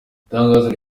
itangazo